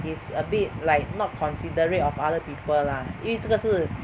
is a bit like not considerate of other people lah 因为这个是